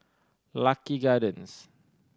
Lucky Gardens